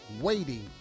waiting